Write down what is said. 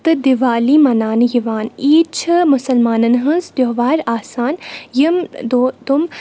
تہٕ دِوالی مَناونہٕ یِوان عیٖد چھِ مُسلمانَن ہٕنٛز تیٚہوار آسان یِم تِم